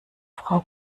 frau